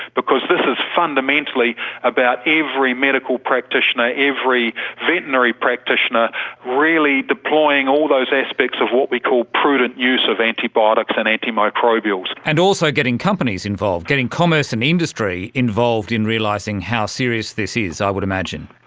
because this is fundamentally about every medical practitioner, every veterinary practitioner really deploying all those aspects of what we call prudent use of antibiotics and antimicrobials. and also getting companies involved, getting commerce and industry involved in realising how serious this is, i would imagine.